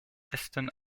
ästen